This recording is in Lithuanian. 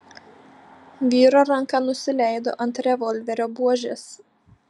vyro ranka nusileido ant revolverio buožės